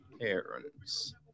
parents